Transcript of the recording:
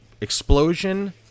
explosion